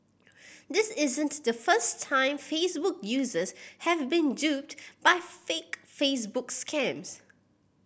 this isn't the first time Facebook users have been duped by fake Facebook scams